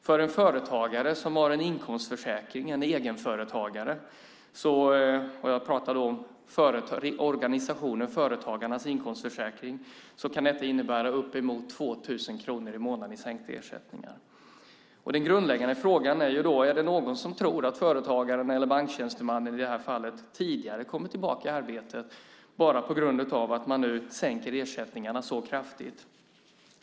För en egenföretagare som har en inkomstförsäkring - jag talar då om organisationen Företagarnas inkomstförsäkring - kan detta innebära uppemot 2 000 kronor i månaden i sänkta ersättningar. Den grundläggande frågan är då om det är någon som tror att företagaren eller banktjänstemannen i detta fall tidigare kommer tillbaka i arbete bara på grund av att man nu sänker ersättningarna så kraftigt.